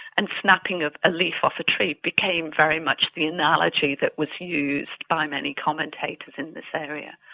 and snapping ah a leaf off a tree became very much the analogy that was used by many commentators in this area.